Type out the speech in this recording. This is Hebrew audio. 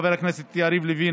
חבר הכנסת יריב לוין,